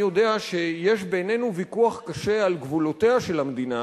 אני יודע שיש בינינו ויכוח קשה על גבולותיה של המדינה,